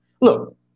look